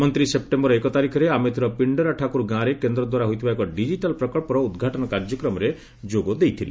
ମନ୍ତ୍ରୀ ସେପ୍ଟେମ୍ବର ଏକ ତାରିଖରେ ଆମେଥିର ପିଣ୍ଡରା ଠାକୁର ଗାଁରେ କେନ୍ଦ୍ର ଦ୍ୱାରା ହୋଇଥିବା ଏକ ଡିଜିଟାଲ ପ୍ରକଳ୍ପର ଉଦ୍ଘାଟନ କାର୍ଯ୍ୟକ୍ମରେ ଯୋଗଦେବେ